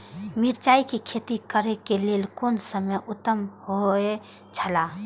मिरचाई के खेती करे के लेल कोन समय उत्तम हुए छला?